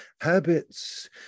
habits